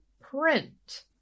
print